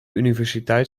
universiteit